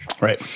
Right